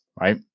right